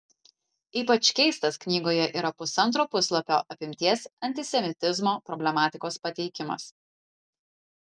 ypač keistas knygoje yra pusantro puslapio apimties antisemitizmo problematikos pateikimas